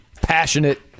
passionate